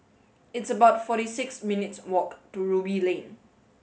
it's about forty six minutes' walk to Ruby Lane